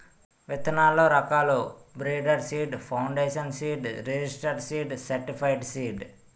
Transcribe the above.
విత్తనాల్లో రకాలు breeder seed, foundation seed, registered seed, certified seed